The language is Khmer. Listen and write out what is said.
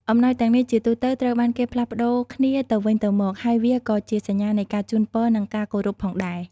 អំណោយទាំងនេះជាទូទៅត្រូវបានគេផ្លាស់ប្តូរគ្នាទៅវិញទៅមក ហើយវាក៏ជាសញ្ញានៃការជូនពរ និងការគោរពផងដែរ។